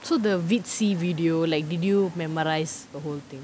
so the videos video like did you memorise the whole thing